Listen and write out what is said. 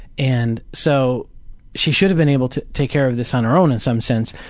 and so she should have been able to take care of this on her own in some sense,